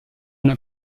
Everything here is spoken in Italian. una